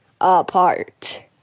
apart